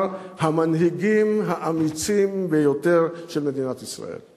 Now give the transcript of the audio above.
המנהיגים האמיצים ביותר של מדינת ישראל.